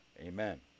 amen